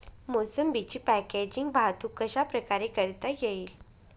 मोसंबीची पॅकेजिंग वाहतूक कशाप्रकारे करता येईल?